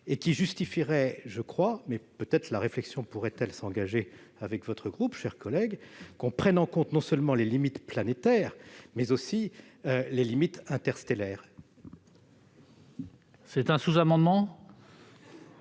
Cela justifierait, je crois- peut-être la réflexion pourrait-elle s'engager avec votre groupe, ma chère collègue -, que l'on prenne en compte, non seulement les limites planétaires, mais aussi les limites interstellaires ! S'agit-il d'un sous-amendement ?